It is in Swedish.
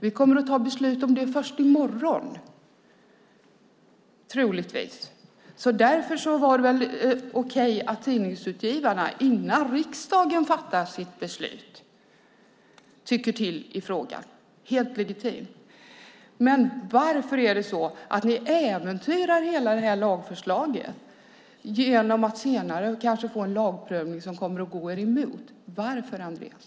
Vi kommer att ta beslut om detta först i morgon, troligtvis, och därför är det väl okej att Tidningsutgivarna tycker till i frågan innan riksdagen fattar sitt beslut. Det är helt legitimt. Men varför är det så att ni äventyrar hela detta lagförslag genom att senare kanske få en lagprövning som kommer att gå er emot? Varför, Andreas?